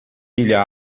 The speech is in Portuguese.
pilha